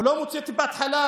הוא לא מוציא טיפת חלב,